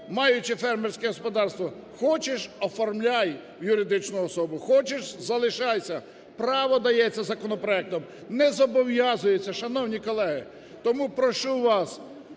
маючи фермерське господарство, хочеш оформляй у юридичну особу, хочеш залишайся, право дається законопроектом, не зобов'язується. Шановні колеги, тому прошу вас